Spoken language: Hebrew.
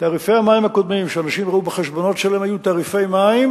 תעריפי המים הקודמים שאנשים ראו בחשבונות שלהם היו תעריפי מים,